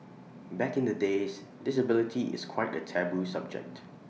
back in the days disability is quite A taboo subject